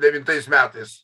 devintais metais